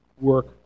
work